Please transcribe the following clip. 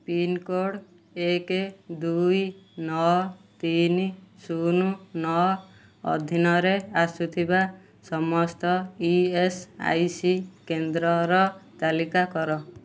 pincode ଏକ ଦୁଇ ନଅ ତିନି ଶୂନ ନଅ ଅଧୀନରେ ଆସୁଥିବା ସମସ୍ତ ଇ ଏସ୍ ଆଇ ସି କେନ୍ଦ୍ରର ତାଲିକା କର